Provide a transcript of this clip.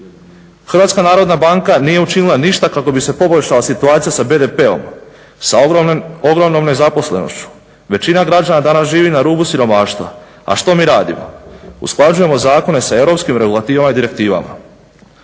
inflacija? HNB nije učinila ništa kako bi se poboljšala situacija sa BDP-om, sa ogromnom nezaposlenošću. Većina građana danas živi na rubu siromaštva, a što mi radimo? Usklađujemo zakone sa europskim regulativama i direktivama.